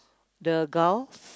the gulf